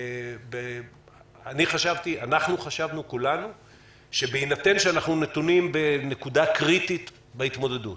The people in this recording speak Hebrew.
אני חשבתי שבהינתן שאנחנו נתונים בנקודה קריטית בהתמודדות